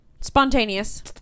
Spontaneous